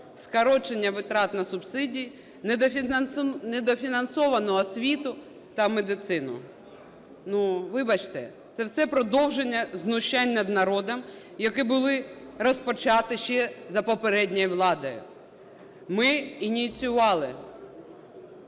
скорочення витрат на субсидії, недофінансовану освіту та медицину. Ну, вибачте, це все продовження знущань над народом, які були розпочаті ще за попередньою владою. Ми ініціювали